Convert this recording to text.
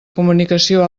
comunicació